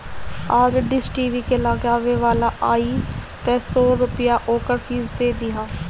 आज dish TV लगावे वाला आई तअ सौ रूपया ओकर फ़ीस दे दिहा